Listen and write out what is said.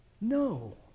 No